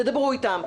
תדברו איתם,